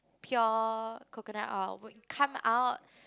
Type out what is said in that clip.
pure coconut oil would come out